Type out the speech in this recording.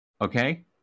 Okay